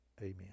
amen